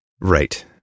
right